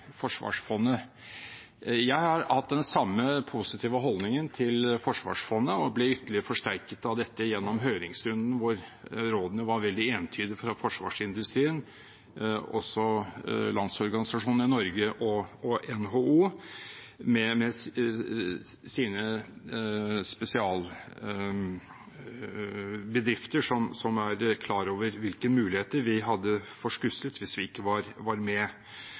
forsvarsfondet. Jeg har hatt den samme positive holdningen til forsvarsfondet og ble ytterligere forsterket i dette gjennom høringsrunden hvor rådene var veldig entydige fra forsvarsindustrien og fra Landsorganisasjonen i Norge og NHO, med sine spesialbedrifter som er klar over hvilke muligheter vi hadde forskuslet hvis vi ikke var med. Jeg vil avslutte med